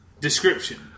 description